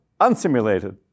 unsimulated